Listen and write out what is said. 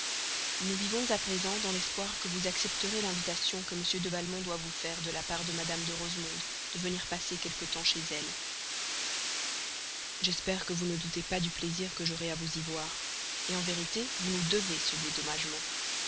nous vivons à présent dans l'espoir que vous accepterez l'invitation que m de valmont doit vous faire de la part de mme de rosemonde de venir passer quelque temps chez elle j'espère que vous ne doutez pas du plaisir que j'aurai à vous y voir en vérité vous nous devez ce dédommagement